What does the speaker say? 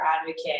advocate